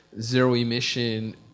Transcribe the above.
zero-emission